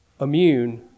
immune